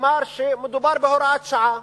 נאמר שמדובר בהוראת שעה,